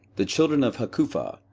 the children of hakupha,